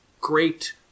great